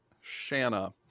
Shanna